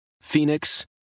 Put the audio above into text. Phoenix